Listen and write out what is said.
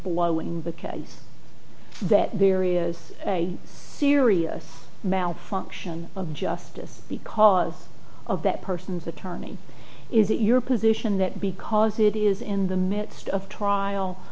blowing the case that there is a serious malfunction of justice because of that person's attorney is it your position that because it is in the midst of trial